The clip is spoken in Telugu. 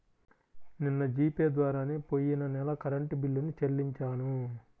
నిన్న జీ పే ద్వారానే పొయ్యిన నెల కరెంట్ బిల్లుని చెల్లించాను